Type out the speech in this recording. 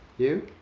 you?